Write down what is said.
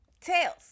Tails